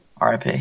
RIP